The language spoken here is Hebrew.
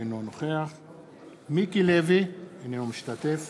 אינו נוכח מיקי לוי, אינו משתתף